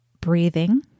breathing